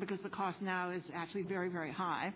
because the cost now is actually very very high